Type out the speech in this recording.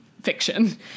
fiction